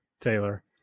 Taylor